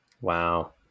Wow